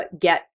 get